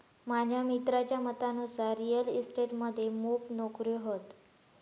माझ्या मित्राच्या मतानुसार रिअल इस्टेट मध्ये मोप नोकर्यो हत